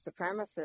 supremacists